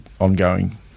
ongoing